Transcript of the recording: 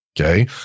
okay